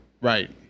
Right